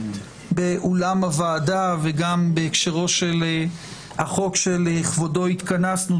וגם בהקשרו של החוק שלכבודו התכנסנו,